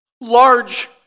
large